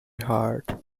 heart